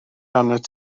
arnat